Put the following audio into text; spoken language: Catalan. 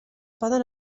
poden